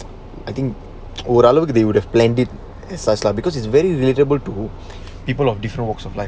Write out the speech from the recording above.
I think ஒருஅளவுக்கு:oru alavukku they would have blended it's nice lah because it's very relatable to people of different walks of life